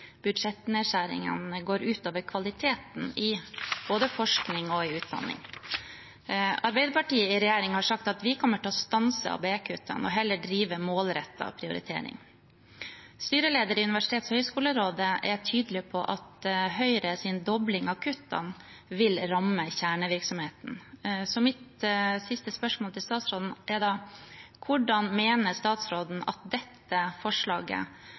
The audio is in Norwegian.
budsjettnedskjæringene går ut over kvaliteten i både forskning og utdanning. Arbeiderpartiet har sagt at vi i regjering kommer til å stanse ABE-kuttene og heller drive målrettet prioritering. Styrelederen i Universitets- og høgskolerådet er tydelig på at Høyres dobling av kuttene vil ramme kjernevirksomheten. Mitt siste spørsmål til statsråden er da: Hvordan mener statsråden at dette forslaget